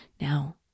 Now